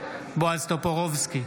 בועז טופורובסקי,